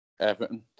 Everton